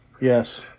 Yes